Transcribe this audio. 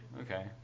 okay